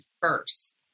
first